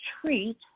treat